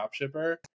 dropshipper